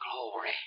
glory